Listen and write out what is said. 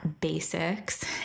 Basics